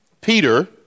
Peter